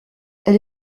elle